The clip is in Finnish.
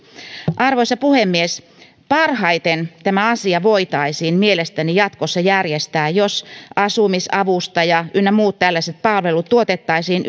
arvoisa puhemies parhaiten tämä asia voitaisiin mielestäni jatkossa järjestää jos asumisavustaja ynnä muut tällaiset palvelut tuotettaisiin